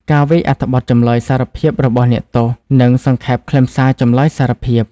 ការវាយអត្ថបទចម្លើយសារភាពរបស់អ្នកទោស និងសង្ខេបខ្លឹមសារចម្លើយសារភាព។